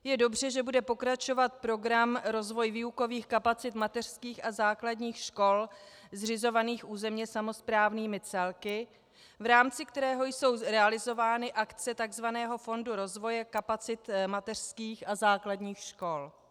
Je dobře, že bude pokračovat program Rozvoj výukových kapacit mateřských a základních škol zřizovaných územně samosprávnými celky, v rámci kterého jsou realizovány akce tzv. fondu rozvoje kapacit mateřských a základních škol.